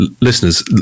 listeners